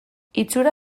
itxura